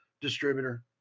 distributor